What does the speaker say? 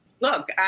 Look